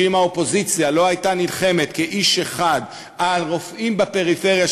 שאם האופוזיציה לא הייתה נלחמת כאיש אחד על רופאים בפריפריה,